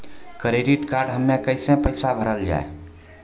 Credit card हम्मे कैसे पैसा भरल जाए?